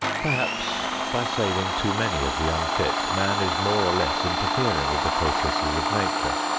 perhaps by saving too many of the unfit man is more or less interfering with the processes of nature,